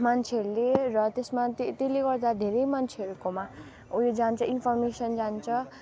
मान्छेहरूले र त्यसमा त्यसले गर्दा धेरै मान्छेहरूकोमा उयो जान्छ इन्फर्मेसन जान्छ